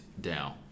down